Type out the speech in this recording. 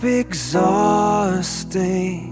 exhausting